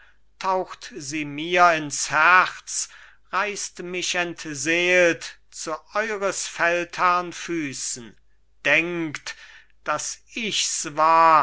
taucht sie mir ins herz reißt mich entseelt zu eures feldherrn füßen denkt daß ichs war